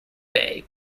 bay